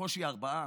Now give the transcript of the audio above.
בקושי ארבעה.